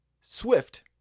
Swift